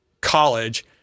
college